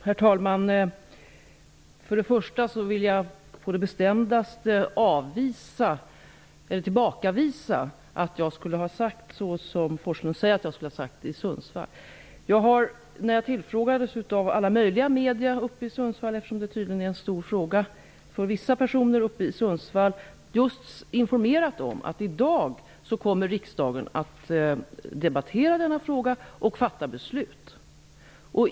Herr talman! Först vill jag på det bestämdaste tillbakavisa att jag skulle ha sagt vad Bo Forslund påstår att jag skulle ha sagt i Sundsvall. När jag tillfrågades av alla möjliga medier i Sundsvall -- tydligen är detta en stor fråga för vissa personer i Sundsvall -- informerade jag just om att riksdagen denna dag skulle debattera denna fråga och fatta beslut.